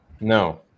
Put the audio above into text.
No